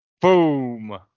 Boom